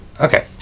Okay